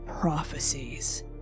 prophecies